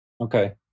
Okay